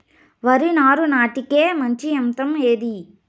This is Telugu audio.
వరి నారు నాటేకి మంచి యంత్రం ఏది?